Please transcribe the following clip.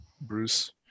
bruce